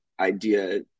idea